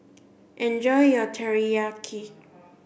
enjoy your Teriyaki